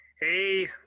Hey